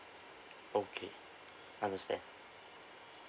okay understand